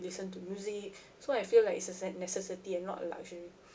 you listen to music so I feel like it's a cent necessity and not luxury